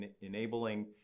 enabling